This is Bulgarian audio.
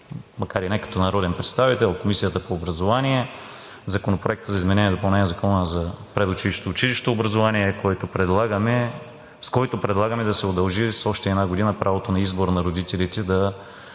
макар и не като народен представител, в Комисията по образование Законопроекта за изменение и допълнение на Закона за предучилищното и училищното образование, с който предлагаме да удължи с още една година правото на избор на родителите да